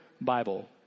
Bible